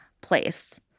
place